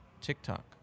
TikTok